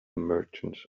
merchant